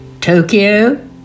Tokyo